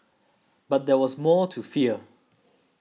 but there was more to fear